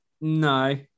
No